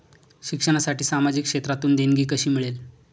शिक्षणासाठी सामाजिक क्षेत्रातून देणगी कशी मिळेल?